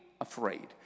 afraid